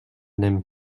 n’aime